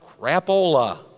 crapola